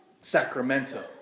Sacramento